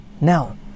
Now